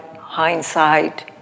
hindsight